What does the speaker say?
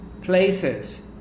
places